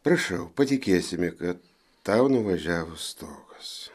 prašau patikėsime kad tau nuvažiavo stogas